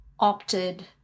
opted